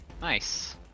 Nice